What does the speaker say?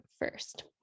first